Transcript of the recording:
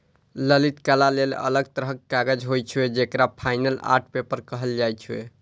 ललित कला लेल अलग तरहक कागज होइ छै, जेकरा फाइन आर्ट पेपर कहल जाइ छै